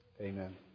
Amen